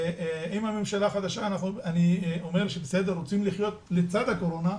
הממשלה החדשה אומרת שרוצים לחיות לצד הקורונה,